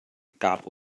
gab